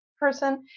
person